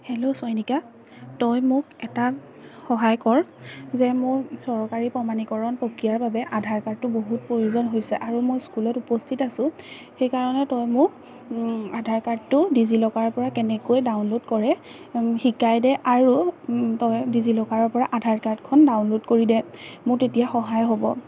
hello Chayanika তই মোক এটা সহায় কৰ যে মোৰ চৰকাৰী প্ৰমাণীকৰণ প্ৰক্ৰিয়াৰ বাবে আধাৰ কাৰ্ডটো বহুত প্ৰয়োজন হৈছে আৰু মই স্কুলত উপস্থিত আছোঁ সেইকাৰণে তই মোক আধাৰ কাৰ্ডটো ডিজিলকাৰৰপৰা কেনেকৈ ডাউনলোড কৰে শিকাই দে আৰু তই ডিজিলকাৰৰপৰা আধাৰ কাৰ্ডখন ডাউনলোড কৰি দে মোৰ তেতিয়া সহায় হ'ব